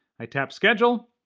i tap schedule,